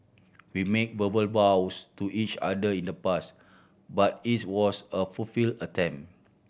we made verbal vows to each other in the past but it was a fulfill attempt